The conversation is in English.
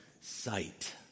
Sight